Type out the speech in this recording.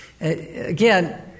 Again